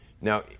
Now